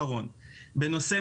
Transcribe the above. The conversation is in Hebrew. זה.